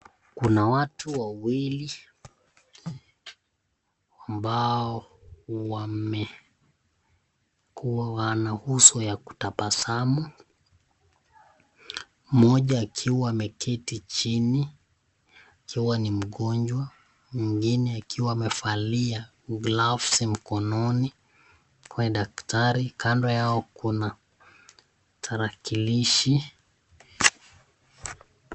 kuna watu wawili, ambao wamekuwa na uso wa kutabasamu. Moja wakiwa ameketi chini, akiwa ni mgonjwa moja, mwingine akiwa amevalia gloves mikononi ni daktari. Kando yao kuna tarakilishi.